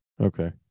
Okay